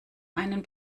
einen